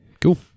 Cool